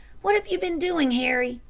what have you been doing, harry?